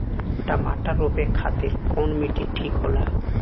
टमाटर रोपे खातीर कउन माटी ठीक होला?